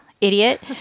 idiot